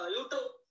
YouTube